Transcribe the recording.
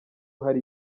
hari